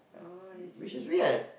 oh I see I see